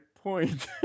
point